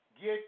get